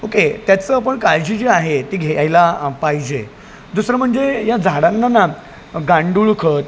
okay त्याचं आपण काळजी जी आहे ती घ्या यायला पाहिजे दुसरं म्हणजे या झाडांना गांडूळ खत